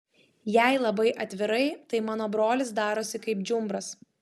jei labai atvirai tai mano brolis darosi kaip džiumbras